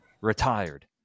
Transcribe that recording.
retired